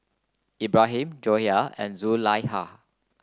Ibrahim Joyah and Zulaikha